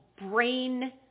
brain